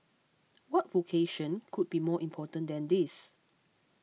what vocation could be more important than this